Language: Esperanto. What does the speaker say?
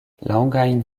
longajn